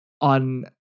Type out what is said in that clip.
on